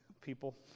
people